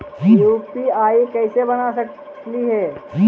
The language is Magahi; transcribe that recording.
यु.पी.आई कैसे बना सकली हे?